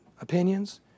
opinions